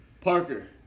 Parker